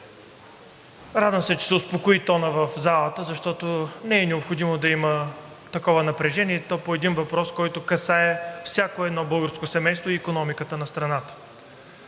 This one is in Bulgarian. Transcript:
Радвам се, че тонът в залата се успокои, защото не е необходимо да има такова напрежение, и то по един въпрос, който касае всяко едно българско семейство и икономиката на страната.